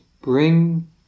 bring